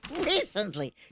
recently